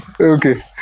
Okay